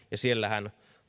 siellähän